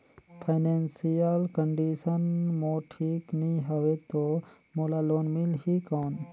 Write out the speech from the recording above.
Financial condition मोर ठीक नी हवे तो मोला लोन मिल ही कौन??